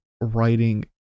writing